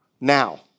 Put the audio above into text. now